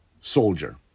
soldier